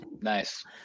nice